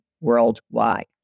worldwide